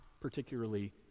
particularly